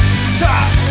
stop